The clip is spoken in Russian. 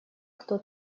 кто